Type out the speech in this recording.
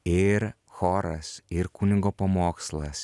ir choras ir kunigo pamokslas